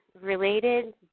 related